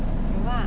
有啊